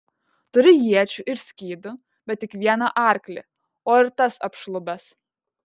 turi iečių ir skydų bet tik vieną arklį o ir tas apšlubęs